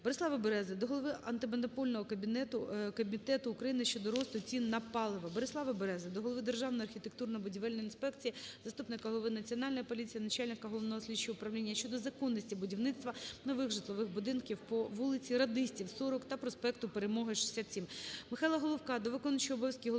Борислава Берези до голови Антимонопольного комітету України щодо росту цін на паливо. Борислава Берези до голови Державної архітектурно-будівельної інспекції, заступника голови Національної поліції, начальника Головного слідчого управління щодо законності будівництва нових житлових будинків по вулиці Радистів, 40 та проспекту Перемоги, 67.